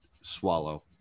swallow